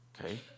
okay